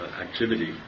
activity